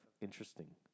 interesting